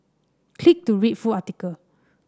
click to read full article